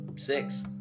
Six